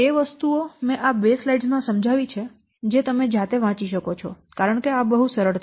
તે વસ્તુઓ મેં આ બે સ્લાઇડ્સ મા સમજાવી છે જે તમે જાતે વાંચી શકો છો કારણ કે આ બહુ સરળ છે